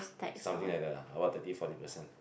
something like that lah about thirty forty percent